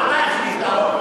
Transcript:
הוועדה החליטה,